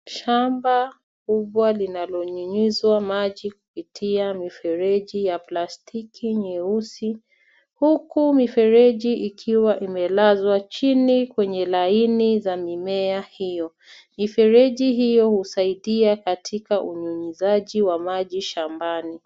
Shamba kubwa linalonyunyiswa maji kupitia mifereji ya plastiki nyeusi, huku mifereji ikiwa imelaswa jini kwenye laini za mimea io. Mifereji hio husaidia katika unyunyisaji wa maji shambani.